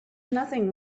nothing